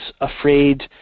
afraid